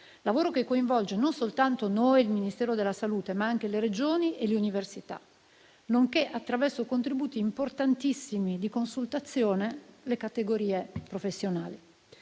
lavoro che coinvolge non soltanto noi e il Ministero della salute, ma anche le Regioni e le università, nonché, attraverso contributi importantissimi di consultazione, le categorie professionali.